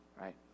right